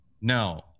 No